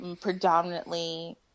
predominantly